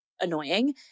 annoying